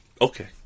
Okay